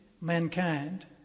mankind